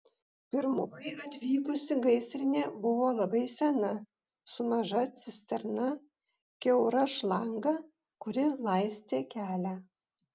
pirmoji atvykusi gaisrinė buvo labai sena su maža cisterna kiaura šlanga kuri laistė kelią